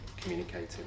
communicating